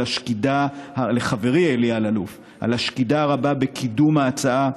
על השקידה הרבה בקידום ההצעה,